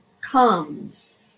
comes